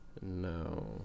No